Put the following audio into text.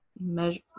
measure